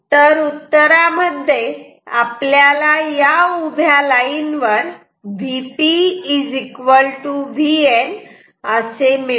तर उत्तरामध्ये आपल्याला या उभ्या लाईनवर Vp Vn असे मिळते